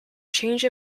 change